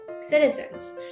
citizens